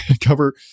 cover